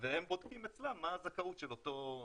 והם בודקים אצלם מה הזכאות של אותו אדם.